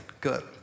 good